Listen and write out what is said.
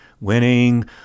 Winning